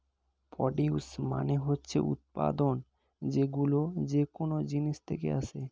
produce মানে হচ্ছে উৎপাদন, যেইগুলো যেকোন জিনিস থেকে আসে